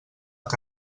que